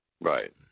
Right